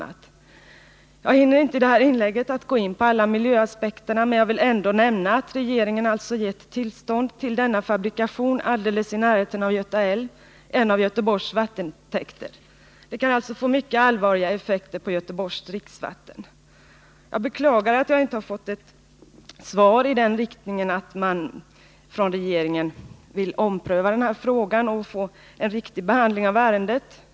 Jag hinner inte i det här inlägget gå in på alla miljöaspekterna, men jag vill ändå nämna att regeringen alltså givit tillstånd till denna fabrikation alldeles i närheten av Göta älv, en av Göteborgs vattentäkter. Det kan få mycket allvarliga effekter på Göteborgs dricksvatten. Jag beklagar att jag inte fått ett svar i den riktningen att regeringen vill ompröva den här frågan och få en riktig behandling av ärendet.